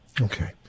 okay